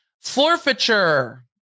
Forfeiture